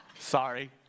Sorry